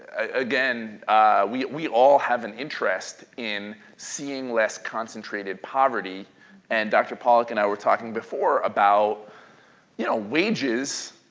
ah again we we all have an interest in seeing less concentrated poverty and dr. pollack and i were talking before about you know wages